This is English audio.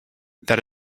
that